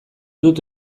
dut